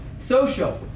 social